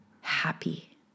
happy